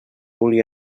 vulgui